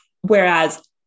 Whereas